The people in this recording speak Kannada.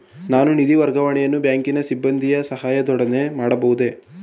ನಾನು ನಿಧಿ ವರ್ಗಾವಣೆಯನ್ನು ಬ್ಯಾಂಕಿನ ಸಿಬ್ಬಂದಿಯ ಸಹಾಯದೊಡನೆ ಮಾಡಬಹುದೇ?